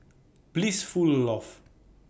Blissful Loft